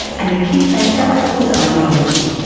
and the key factor was ideology.